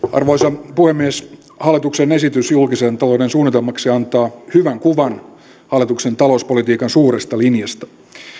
arvoisa puhemies hallituksen esitys julkisen talouden suunnitelmaksi antaa hyvän kuvan hallituksen talouspolitiikan suuresta linjasta